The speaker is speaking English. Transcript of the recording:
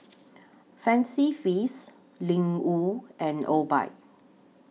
Fancy Feast Ling Wu and Obike